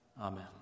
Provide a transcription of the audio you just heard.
Amen